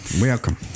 Welcome